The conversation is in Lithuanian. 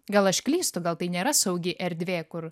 gal aš klystu gal tai nėra saugi erdvė kur